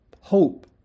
hope